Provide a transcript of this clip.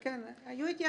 התייעצויות.